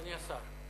אדוני השר.